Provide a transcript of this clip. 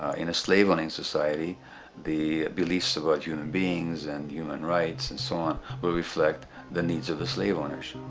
ah in a slave owning society the beliefs about human beings and human rights and so on will reflect the needs of the slave owners.